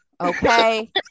okay